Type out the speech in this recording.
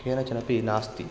केनचिदपि नास्ति